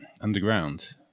Underground